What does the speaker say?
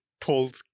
pulled